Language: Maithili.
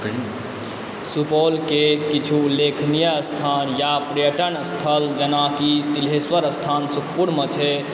सुपौलके किछु उल्लेखनीय स्थान या पर्यटन स्थल जेनाकि तिल्हेश्वर स्थान सुखपुरमे छै